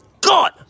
God